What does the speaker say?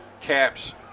caps